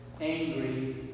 angry